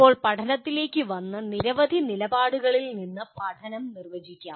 ഇപ്പോൾ പഠനത്തിലേക്ക് വന്ന് നിരവധി നിലപാടുകളിൽ നിന്ന് പഠനം നിർവചിക്കാം